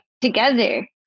together